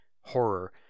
horror